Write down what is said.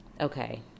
okay